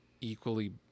equally